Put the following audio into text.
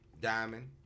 diamond